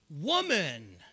woman